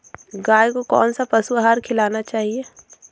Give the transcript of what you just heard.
गाय को कौन सा पशु आहार खिलाना चाहिए?